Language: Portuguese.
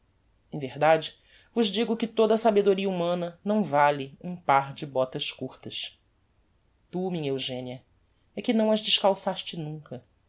em verdade vos digo que toda a sabedoria humana não vale um par de botas curtas tu minha eugenia é que não as descalçaste nunca